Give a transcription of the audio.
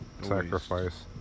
sacrifice